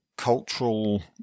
cultural